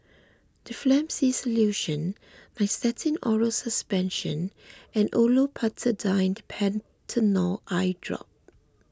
Difflam C Solution Nystatin Oral Suspension and Olopatadine Patanol Eyedrop